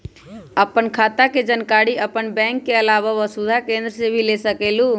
आपन खाता के जानकारी आपन बैंक के आलावा वसुधा केन्द्र से भी ले सकेलु?